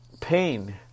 pain